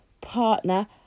Partner